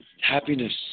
happiness